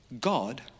God